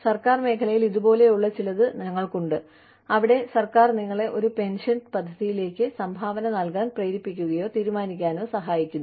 സർക്കാർ മേഖലയിൽ ഇതുപോലെയുള്ള ചിലത് ഞങ്ങൾക്കുണ്ട് അവിടെ സർക്കാർ നിങ്ങളെ ഒരു പെൻഷൻ പദ്ധതിയിലേക്ക് സംഭാവന നൽകാൻ പ്രേരിപ്പിക്കുകയോ തീരുമാനിക്കാനോ സഹായിക്കുന്നു